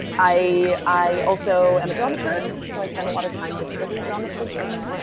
i i also am a dramaturg, so i spend a lot of time disability dramaturging.